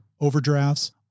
overdrafts